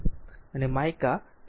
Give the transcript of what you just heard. અને માઇકા તે 5 1011 છે